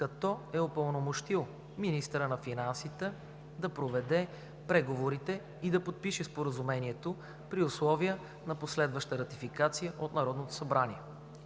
като е упълномощил министъра на финансите да проведе преговорите и да подпише Споразумението при условия на последваща ратификация от Народното събрание.